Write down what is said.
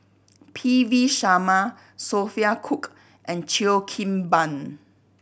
P V Sharma Sophia Cooke and Cheo Kim Ban